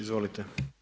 Izvolite.